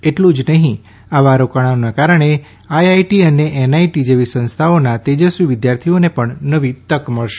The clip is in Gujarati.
એટલું જ નહીં આવા રોકાણોના કારણે આઈઆઈટી અને એનઆઈટી જેવી સંસ્થાઓના તેજસ્વી વિદ્યાર્થીઓને પણ નવી તક મળશે